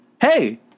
Hey